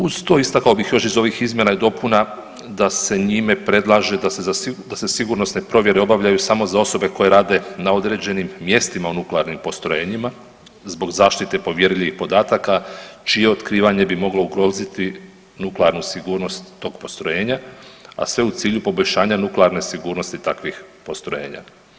Uz to istakao bih iz ovih izmjena i dopuna da se njima predlaže da se sigurnosne provjere obavljaju samo za osobe koje rade na određenim mjestima u nuklearnim postrojenjima zbog zaštite povjerljivih podataka čije otkrivanje bi moglo ugroziti nuklearnu sigurnost tog postrojenja, a sve u cilju poboljšanja nuklearne sigurnosti takvih postrojenja.